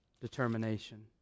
determination